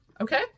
Okay